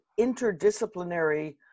interdisciplinary